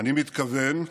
אני מתכוון,